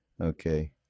okay